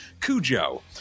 Cujo